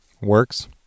works